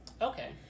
Okay